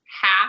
half